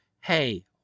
Hey